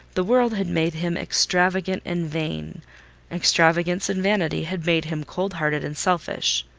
the world had made him extravagant and vain extravagance and vanity had made him cold-hearted and selfish.